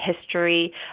history